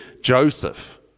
Joseph